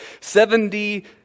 Seventy